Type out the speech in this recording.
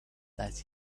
that